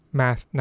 math